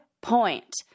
point